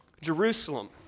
Jerusalem